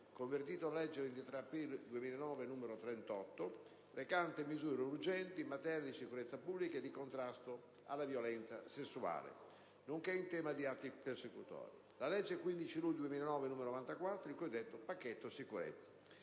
convertito dalla legge 23 aprile 2009, n. 38, recante misure urgenti in materia di sicurezza pubblica e di contrasto alla violenza sessuale, nonché in tema di atti persecutori; la legge 15 luglio 2009, n. 94, il cosiddetto pacchetto sicurezza;